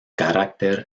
carácter